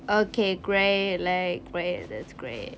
okay great like great that's great